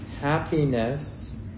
happiness